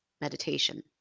meditation